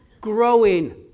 growing